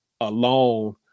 alone